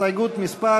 הסתייגות מס'